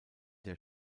der